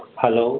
hello